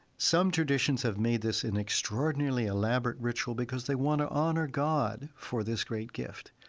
some traditions have made this an extraordinarily elaborate ritual because they want to honor god for this great gift.